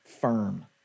firm